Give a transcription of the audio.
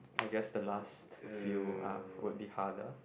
I guess the last few uh would be harder